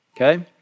Okay